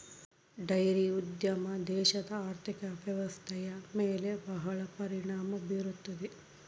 dairy ಉದ್ಯಮ ದೇಶದ ಆರ್ಥಿಕ ವ್ವ್ಯವಸ್ಥೆಯ ಮೇಲೆ ಬಹಳ ಪರಿಣಾಮ ಬೀರುತ್ತದೆ